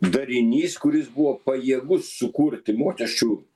darinys kuris buvo pajėgus sukurti mokesčių